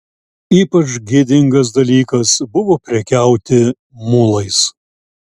ypač gėdingas dalykas buvo prekiauti mulais